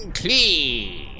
clean